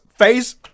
Face